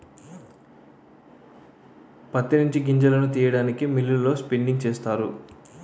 ప్రత్తి నుంచి గింజలను తీయడానికి మిల్లులలో స్పిన్నింగ్ చేస్తారు